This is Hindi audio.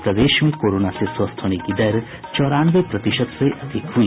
और प्रदेश में कोरोना से स्वस्थ होने की दर चौरानवे प्रतिशत से अधिक हुई